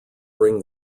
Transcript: bring